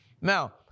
Now